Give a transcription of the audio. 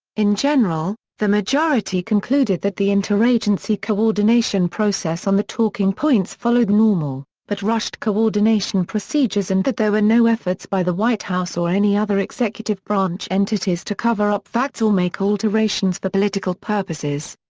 in general, the majority concluded that the interagency coordination process on the talking points followed normal, but rushed coordination procedures and that there were no efforts by the white house or any other executive branch entities to cover-up facts or make alterations for political purposes.